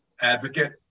advocate